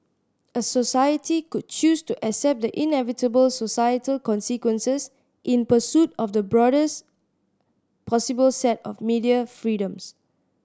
a society could choose to accept the inevitable societal consequences in pursuit of the broadest possible set of media freedoms